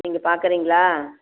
நீங்கள் பார்க்குறீங்களா